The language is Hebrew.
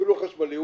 אפילו חשמלי,